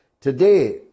today